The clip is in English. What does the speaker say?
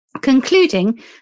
concluding